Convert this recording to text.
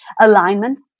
alignment